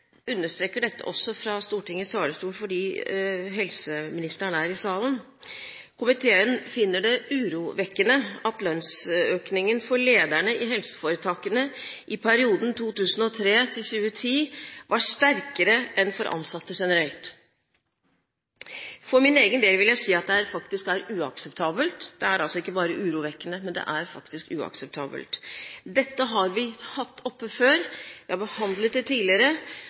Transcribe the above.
understreker dette også fra Stortingets talerstol fordi helseministeren er i salen. Komiteen finner det urovekkende at lønnsøkningen for lederne i helseforetakene i perioden 2003–2010 var sterkere enn for ansatte generelt. For min egen del vil jeg si at det faktisk er uakseptabelt. Det er altså ikke bare urovekkende, det er uakseptabelt. Dette har vi hatt oppe før. Vi har behandlet det tidligere,